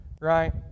Right